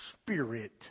spirit